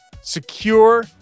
secure